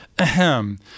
Ahem